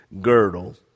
girdle